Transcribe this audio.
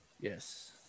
Yes